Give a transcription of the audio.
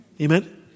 Amen